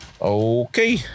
Okay